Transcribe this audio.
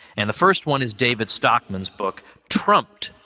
and, the first one is david stockman's book, trumped,